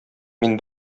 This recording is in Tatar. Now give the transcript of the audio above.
мин